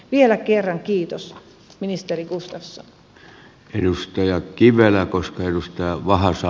vielä kerran kiitos ministerineuvostossa ennuste ja kivellä koska ministeri gustafsson